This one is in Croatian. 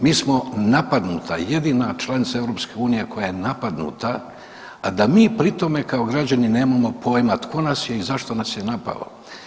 Mi smo napadnuta, jedina članica EU koja je napadnuta, a da mi pri tome kao građani nemamo pojma tko nas je i zašto nas je napao.